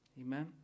Amen